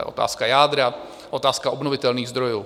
To je otázka jádra, otázka obnovitelných zdrojů.